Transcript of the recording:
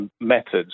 methods